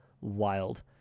wild